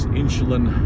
insulin